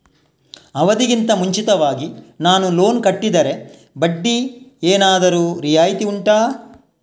ಅವಧಿ ಗಿಂತ ಮುಂಚಿತವಾಗಿ ನಾನು ಲೋನ್ ಕಟ್ಟಿದರೆ ಬಡ್ಡಿ ಏನಾದರೂ ರಿಯಾಯಿತಿ ಉಂಟಾ